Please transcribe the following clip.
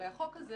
הרי החוק הזה